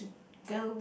go